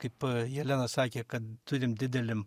kaip jelena sakė kad turim didelim